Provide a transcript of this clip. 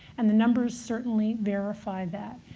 and the numbers certainly verified that.